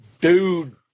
Dude